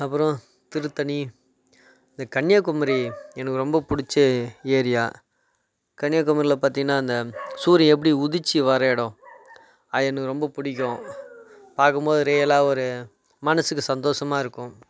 அப்பறம் திருத்தணி இந்த கன்னியாகுமரி எனக்கு ரொம்ப பிடிச்ச ஏரியா கன்னியாகுமரியில் பார்த்தீங்கன்னா அந்த சூரியன் எப்படி உதித்து வர்ற இடம் அது எனக்கு ரொம்ப பிடிக்கும் பார்க்கும்போது ரியலாக ஒரு மனதுக்கு சந்தோஷமாக இருக்கும்